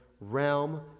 realm